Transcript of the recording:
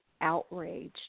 outraged